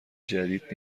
جدید